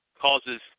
causes